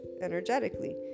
energetically